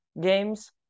games